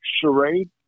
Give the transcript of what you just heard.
charade